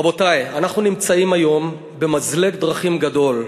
רבותי, אנחנו נמצאים היום במזלג דרכים גדול,